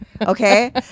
Okay